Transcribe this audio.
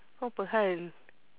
kau apa hal